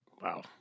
wow